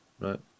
right